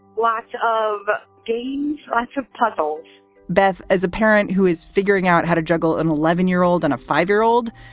lots of games, lots of puzzles beth, as a parent who is figuring out how to juggle an eleven year old and a five year old.